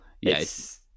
Yes